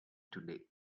today